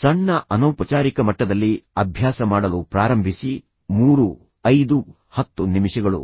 ಸಣ್ಣ ಅನೌಪಚಾರಿಕ ಮಟ್ಟದಲ್ಲಿ ಅಭ್ಯಾಸ ಮಾಡಲು ಪ್ರಾರಂಭಿಸಿ 3 5 10 ನಿಮಿಷಗಳು